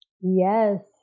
Yes